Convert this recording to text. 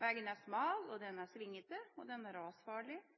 Den er smal, svingete og rasfarlig, og på enkelte strekninger er